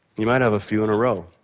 you might have a few in a row.